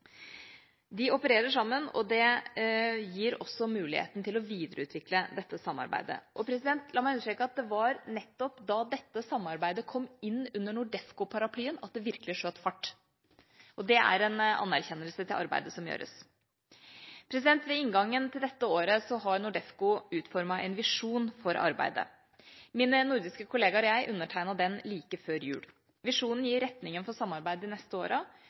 De opererer sammen, og det gir også muligheten til å videreutvikle dette samarbeidet. La meg understreke at det var nettopp da dette samarbeidet kom inn under NORDEFCO-paraplyen at det virkelig skjøt fart. Det er en anerkjennelse til arbeidet som gjøres. Ved inngangen til dette året har NORDEFCO utformet en visjon for arbeidet. Mine nordiske kolleger og jeg undertegnet den like før jul. Visjonen gir retningen for samarbeidet de neste